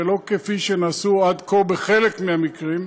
ולא כפי שנעשה עד כה בחלק מהמקרים,